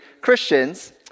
Christians